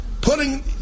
putting